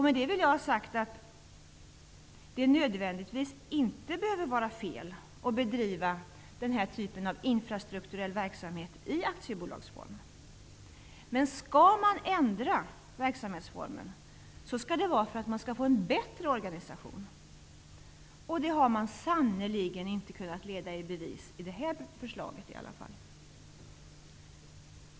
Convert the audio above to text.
Med det vill jag ha sagt att det inte nödvändigtvis behöver vara fel att bedriva den här typen av infrastrukturell verksamhet i aktiebolagsform, men skall man ändra en verksamhetsform skall det göras för att man skall få en bättre organisation. Och det har man sannerligen inte kunnat leda i bevis genom det här förslaget.